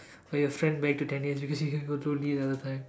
or your friend back to ten years because you other time